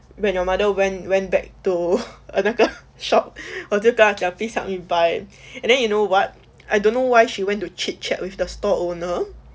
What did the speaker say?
when your mother went went back to err 那个 shop 我就跟她讲:wo jiu gen tae jiang please help me buy and then you know what I don't know why she went to chit chat with the stall owner